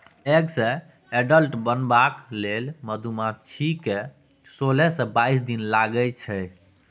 egg सँ adult बनबाक लेल मधुमाछी केँ सोलह सँ बाइस दिन लगै छै